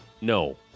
no